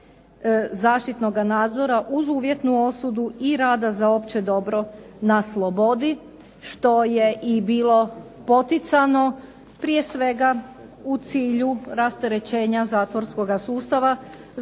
zaštitnoga nadzora uz uvjetnu osudu i rada za opće dobro na slobodi što je i bilo poticano prije svega u cilju rasterećenja zatvorskoga sustava za